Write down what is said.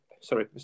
sorry